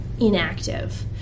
inactive